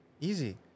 easy